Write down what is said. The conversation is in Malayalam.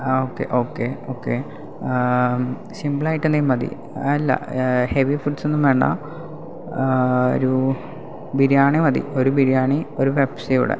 ആ ഓക്കെ ഓക്കെ ഓക്കെ സിംപിളായിട്ട് എന്തെങ്കിലും മതി അല്ല ഹെവി ഫുഡ്സ് ഒന്നും വേണ്ട ഒരു ബിരിയാണി മതി ഒരു ബിരിയാണി ഒരു പെപ്സി കൂടെ